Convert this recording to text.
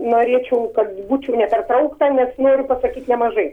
norėčiau kad būčiau nepertraukta nes noriu pasakyt nemažai